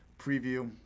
preview